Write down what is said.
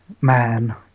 man